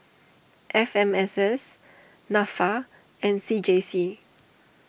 F M S S Nafa and C J C